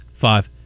five